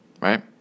Right